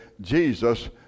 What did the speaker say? Jesus